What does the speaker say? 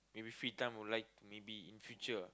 maybe free time will like maybe in future